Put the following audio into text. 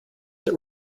that